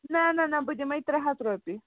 نَہ نَہ نَہ بہٕ دِمَے ترٛےٚ ہَتھ رۄپیہِ